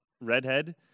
redhead